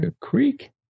Creek